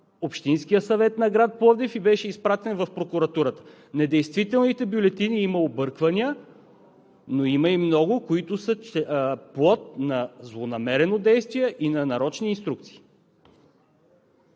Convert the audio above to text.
Общинския съвет на град Пловдив и беше изпратен в прокуратурата. В недействителните бюлетини има обърквания, но има и много, които са плод на злонамерено действие и на нарочни инструкции.